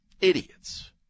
Idiots